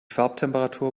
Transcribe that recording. farbtemperatur